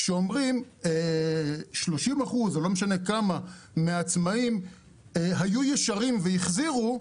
כשאומרים 30% או לא משנה כמה מהעצמאים היו ישרים והחזירו,